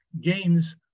gains